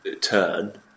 turn